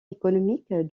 économique